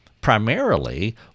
Primarily